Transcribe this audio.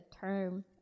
term